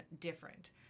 different